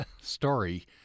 story